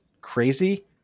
crazy